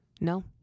No